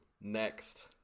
Next